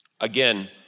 Again